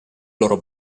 loro